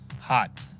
hot